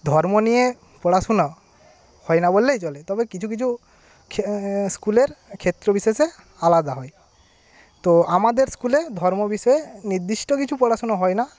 ধর্ম নিয়ে পড়াশুনা হয় না বললেই চলে তবে কিছু কিছু স্কুলের ক্ষেত্র বিশেষে আলাদা হয় তো আমাদের স্কুলে ধর্ম বিষয়ে নির্দিষ্ট কিছু পড়াশুনা হয় না